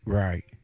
right